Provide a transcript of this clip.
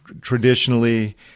traditionally